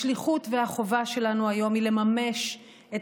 השליחות והחובה שלנו היום הן לממש את